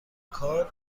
کار